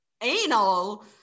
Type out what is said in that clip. anal